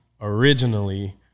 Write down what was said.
originally